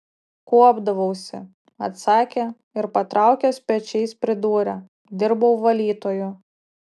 kuopdavausi atsakė ir patraukęs pečiais pridūrė dirbau valytoju